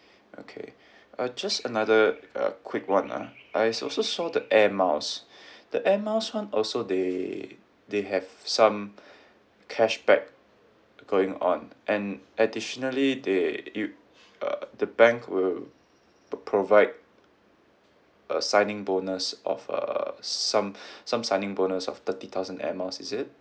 okay uh just another uh quick one ah I s~ also saw the air miles the air miles [one] also they they have some cashback going on and additionally they y~ uh the bank will p~ provide a signing bonus of a some some signing bonus of thirty thousand air miles is it